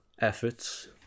efforts